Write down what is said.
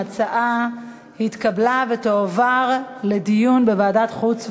ההצעה התקבלה ותועבר לדיון בוועדת החוץ והביטחון.